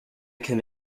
come